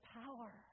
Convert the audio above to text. power